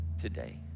today